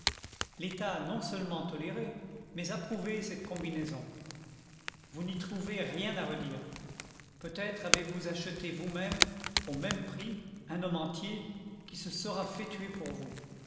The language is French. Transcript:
l'état a non-seulement toléré mais approuvé cette combinaison j vous n'y trouvez rien à redire peut-être avez-vous acheté vous-même au même prix un homme entier qui se sera fait tuer pour vous